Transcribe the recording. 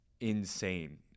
insane